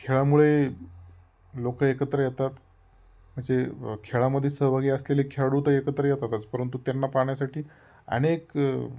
खेळामुळे लोक एकत्र येतात म्हणजे खेळामध्ये सहभागी असलेले खेळाडू तर एकत्र येतातच परंतु त्यांना पाहाण्यासाठी अनेक